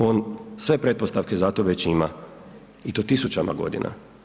On sve pretpostavke za to već ima i to tisućama godina.